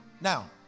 Now